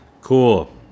Cool